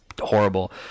Horrible